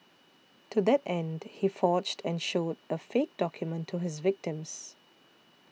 to that end he forged and showed a fake document to his victims